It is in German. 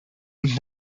und